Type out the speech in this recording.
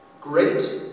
Great